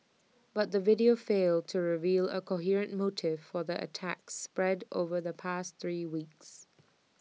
but the video failed to reveal A coherent motive for the attacks spread over the past three weeks